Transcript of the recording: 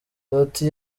loti